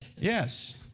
Yes